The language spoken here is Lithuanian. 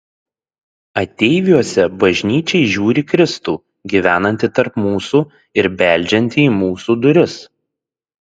ateiviuose bažnyčia įžiūri kristų gyvenantį tarp mūsų ir beldžiantį į mūsų duris